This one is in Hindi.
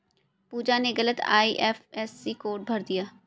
पूजा ने गलत आई.एफ.एस.सी कोड भर दिया